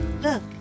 Look